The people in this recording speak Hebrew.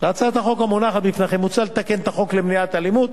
בהצעת החוק המונחת בפניכם מוצע לתקן את החוק למניעת אלימות,